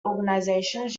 organisations